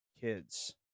kids